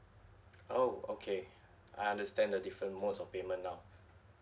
oh okay I understand the different modes of payment now